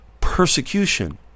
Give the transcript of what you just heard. persecution